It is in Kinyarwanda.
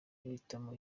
guhitamo